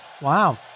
Wow